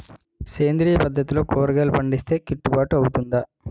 సేంద్రీయ పద్దతిలో కూరగాయలు పండిస్తే కిట్టుబాటు అవుతుందా?